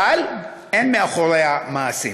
אבל אין מאחוריה מעשים.